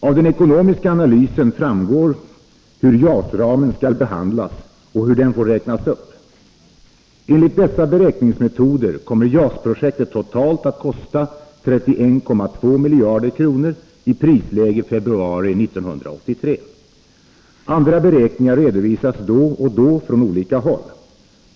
Av den ekonomiska analysen framgår hur JAS-ramen skall behandlas och hur den får räknas upp. Enligt dessa beräkningsmetoder kommer JAS-projektet totalt att kosta 31,2 miljarder kronor i prisläge februari 1983. Andra beräkningar redovisas då och då från olika håll.